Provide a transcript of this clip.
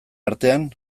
artean